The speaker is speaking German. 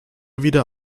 wieder